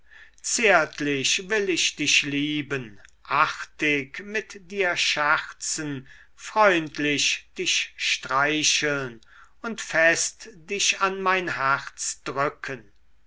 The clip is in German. zärtlich will ich dich lieben artig mit dir scherzen freundlich dich streicheln und fest dich an mein herz drücken